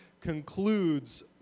concludes